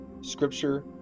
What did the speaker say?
scripture